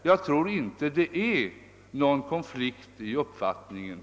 Jag tror inte det föreligger någon reell konflikt mellan våra uppfattningar.